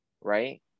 Right